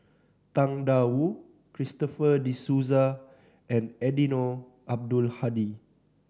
Tang Da Wu Christopher De Souza and Eddino Abdul Hadi